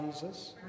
Jesus